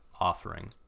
offering